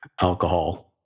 alcohol